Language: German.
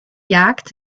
jagd